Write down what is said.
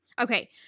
Okay